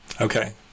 okay